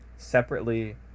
separately